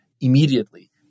immediately